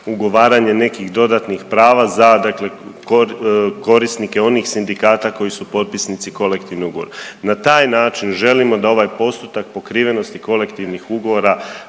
nekih dodatnih prava za dakle korisnike onih sindikata koji su potpisnici kolektivnog ugovora. Na taj način želimo da ovaj postotak pokrivenosti kolektivnih ugovora